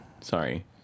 Sorry